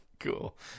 cool